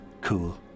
Cool